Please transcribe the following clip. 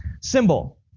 symbol